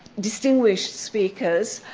distinguished speakers.